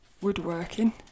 woodworking